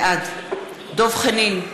בעד דב חנין,